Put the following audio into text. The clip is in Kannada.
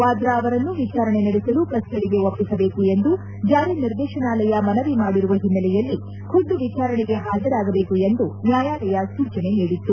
ವಾದ್ರಾ ಅವರನ್ನು ವಿಚಾರಣೆ ನಡೆಸಲು ಕಸ್ವಡಿಗೆ ಒಪ್ಪಿಸದೇತು ಎಂದು ಚಾರಿ ನಿರ್ದೇಶನಾಲಯ ಮನವಿ ಮಾಡಿರುವ ಒನ್ನೆಲೆಯಲ್ಲಿ ಖುದ್ದು ವಿಚಾರಣೆಗೆ ಪಾಜರಾಗಬೇಕು ಎಂದು ನ್ಯಾಯಾಲಯ ಸೂಚನೆ ನೀಡಿತ್ತು